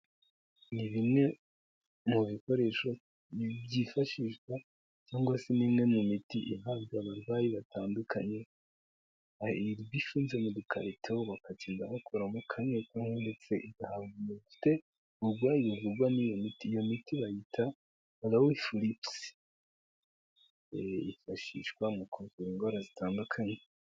Ni bimwe mu bikoresho byifashishwa cyangwa se ni imwe mu miti ihabwa abarwayi batandukanye, iba ifunze mu dukarito bakagenda bakuramo kamwe kamwe ndetse igahabwa umuntu ufite uburwayi buvugwa n'iyo miti. Iyo miti bayita Aloe Lips. Yifashishwa mu kuvura indwara zitandukanye.